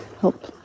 help